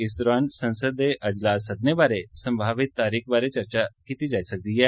इस दौरान संसद दे अजलास सद्दने बारै संमावित तरीख बारै चर्चा कीती जाई सकदी ऐ